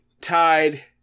tied